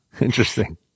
Interesting